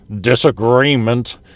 disagreement